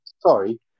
sorry